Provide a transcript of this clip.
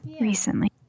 recently